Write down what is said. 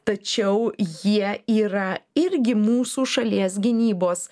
tačiau jie yra irgi mūsų šalies gynybos